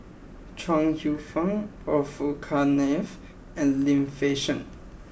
Chuang Hsueh Fang Orfeur Cavenagh and Lim Fei Shen